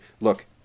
look